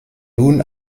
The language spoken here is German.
nun